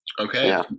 Okay